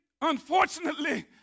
unfortunately